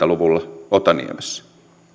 luvulla otaniemessä